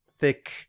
thick